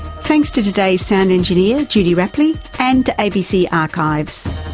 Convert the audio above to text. thanks to today's sound engineer, judy rapley, and abc archives.